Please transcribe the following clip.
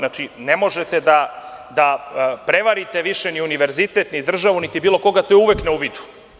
Ne možete da prevarite više ni univerzitet, ni državu, ni bilo koga, to je uvek na uvidu.